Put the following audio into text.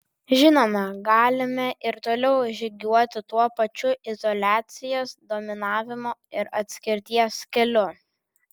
žinoma galime ir toliau žygiuoti tuo pačiu izoliacijos dominavimo ir atskirties keliu